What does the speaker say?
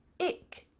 ic,